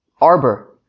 arbor